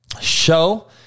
show